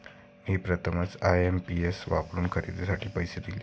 मी प्रथमच आय.एम.पी.एस वापरून खरेदीसाठी पैसे दिले